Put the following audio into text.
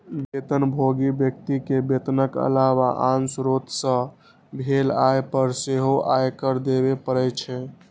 वेतनभोगी व्यक्ति कें वेतनक अलावा आन स्रोत सं भेल आय पर सेहो आयकर देबे पड़ै छै